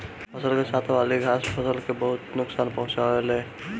फसल के साथे वाली घास फसल के बहुत नोकसान पहुंचावे ले